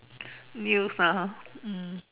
news ah ha mm